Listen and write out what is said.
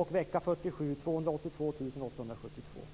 och vecka 47 var det 282 872 personer.